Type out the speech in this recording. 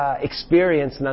experience